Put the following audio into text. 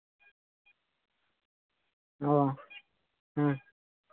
ᱚ ᱦᱩᱸ